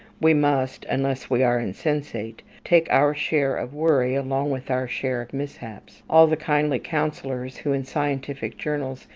we must unless we are insensate take our share of worry along with our share of mishaps. all the kindly counsellors who, in scientific journals,